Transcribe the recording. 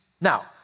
Now